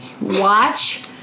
Watch